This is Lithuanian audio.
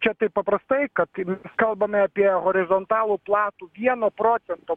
čia taip paprastai kad mes kalbame apie horizontalų platų vieno procento